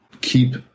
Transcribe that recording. keep